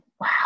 Wow